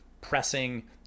pressing